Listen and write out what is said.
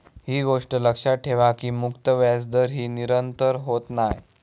ही गोष्ट लक्षात ठेवा की मुक्त व्याजदर ही निरंतर होत नाय